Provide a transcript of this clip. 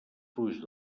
fluix